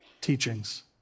teachings